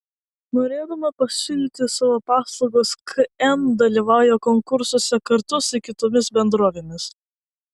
norėdama pasiūlyti savo paslaugas km dalyvauja konkursuose kartu su kitomis bendrovėmis